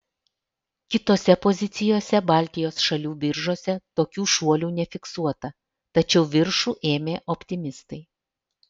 kitose pozicijose baltijos šalių biržose tokių šuolių nefiksuota tačiau viršų ėmė optimistai